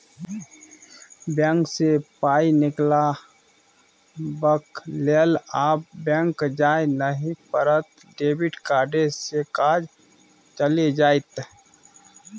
bank सँ पाय निकलाबक लेल आब बैक जाय नहि पड़त डेबिट कार्डे सँ काज चलि जाएत